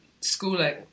schooling